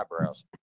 eyebrows